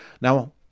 Now